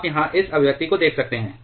आप यहाँ इस अभिव्यक्ति को देख सकते हैं